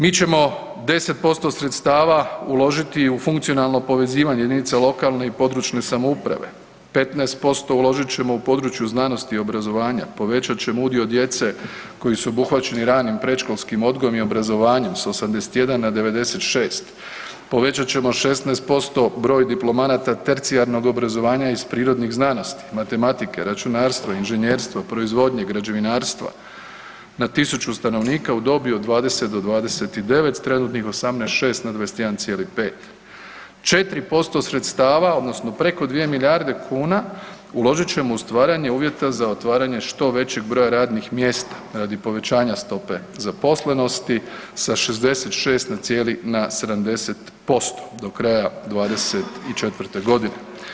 Mi ćemo 10% sredstava uložiti u funkcionalno povezivanje jedinica lokalne i područne samouprave, 15% uložit ćemo u području znanosti i obrazovanja, povećat ćemo udio djece koji su obuhvaćeni ranim predškolskim odgojem i obrazovanjem sa 81 na 96, povećat ćemo 16% broj diplomanata tercijarnog obrazovanja iz prirodnih znanosti, matematike, računarstva, inženjerstva, proizvodnje, građevinarstva na 1000 stanovnika u dobi od 20 do 29 s trenutnih 18,6 na 21,5. 4% sredstava odnosno preko 2 milijarde kuna, uložit ćemo u stvaranje uvjeta za otvaranje što veći broj radnih mjesta radi povećanja stope zaposlenosti sa 66 na 70% do kraja 2024. godine.